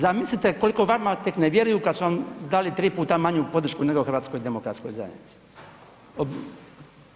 Zamislite koliko vama tek ne vjeruju kad su vam dali 3 puta manju podršku nego HDZ-u.